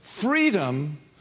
freedom